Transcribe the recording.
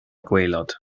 gwaelod